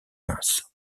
minces